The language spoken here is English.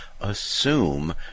assume